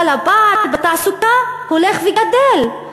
אבל הפער בתעסוקה הולך וגדל.